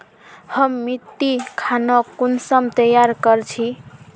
हम मिट्टी खानोक कुंसम तैयार कर छी?